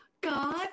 God